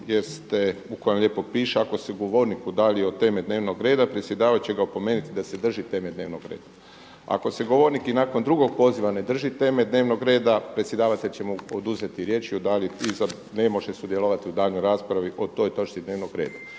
u kojem lijepo piše ako se govornik udalji od teme dnevnog reda predsjedavajući će ga opomenuti da se drži teme dnevnog reda. Ako se govornik i nakon drugog poziva ne drži teme dnevnog reda predsjedavatelj će mu oduzeti riječ i ne može sudjelovati u daljnjoj raspravi o toj točci dnevnog reda.